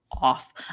off